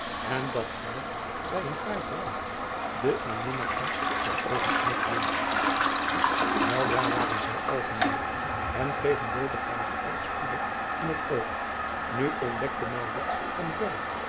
en dat haar bij een fraai gelaat de aanminnigheid ten oogen uitblonk eldra waren zij lphen door en kregen odegraven al spoedig in het oog u ontdekte van verre